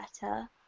better